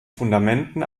fundamenten